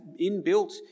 inbuilt